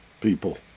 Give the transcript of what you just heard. people